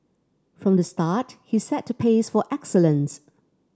from the start he set the pace for excellence